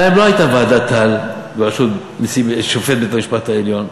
להם לא הייתה ועדת טל בראשות שופט בית-המשפט העליון.